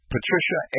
Patricia